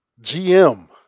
GM